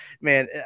man